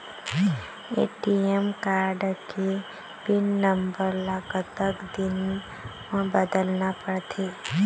ATM card के pin number ला कतक दिन म बदलना पड़थे?